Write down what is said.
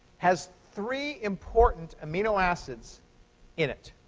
has three important amino acids in it,